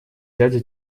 дядя